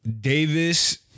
Davis